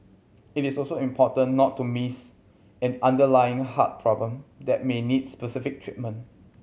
it is also important not to miss an underlying heart problem that may need specific treatment